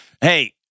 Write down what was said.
Hey